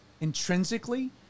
intrinsically